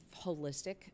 holistic